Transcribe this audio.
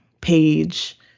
page